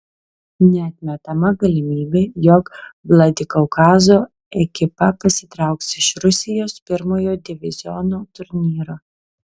neatmetama galimybė jog vladikaukazo ekipa pasitrauks iš rusijos pirmojo diviziono turnyro